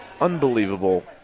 unbelievable